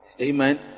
Amen